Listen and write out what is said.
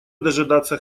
дожидаться